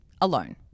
alone